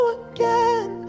again